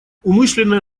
умышленное